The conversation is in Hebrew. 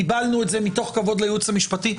קיבלנו את זה מתוך כבוד לייעוץ המשפטי.